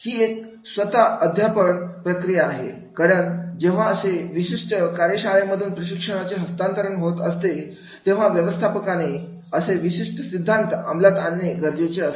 ही एक स्वतः अध्यापन प्रक्रिया आहे कारण जेव्हा असे विशिष्ट कार्यशाळेमधून प्रशिक्षणाचे हस्तांतरण होत असते तेव्हा व्यवस्थापकाने असे प्रशिक्षण सिद्धांत अमलात आणणे गरजेचे असते